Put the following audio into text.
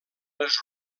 les